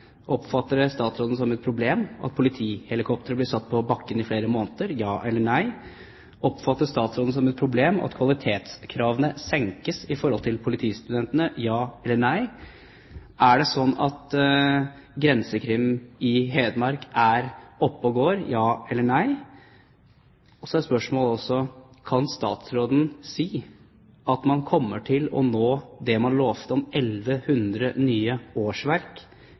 Oppfatter statsråden det som et problem at politihelikopteret blir satt på bakken i flere måneder? Ja eller nei. Oppfatter statsråden det som et problem at kvalitetskravene senkes for politistudentene? Ja eller nei. Er det sånn at satsingen når det gjelder grensekriminalitet i Hedmark, er oppe og går? Ja eller nei. Et spørsmål er også: Kan statsråden si at man kommer til å nå det man lovte, at det blir 1 100 nye årsverk